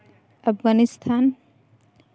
Afghanistan